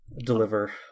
Deliver